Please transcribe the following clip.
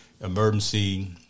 emergency